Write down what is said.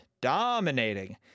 Dominating